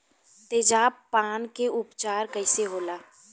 तेजाब पान के उपचार कईसे होला?